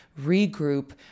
regroup